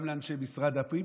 גם לאנשי משרד הפנים,